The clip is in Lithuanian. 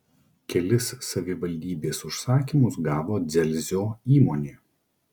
kelis savivaldybės užsakymus gavo dzelzio įmonė